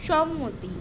সম্মতি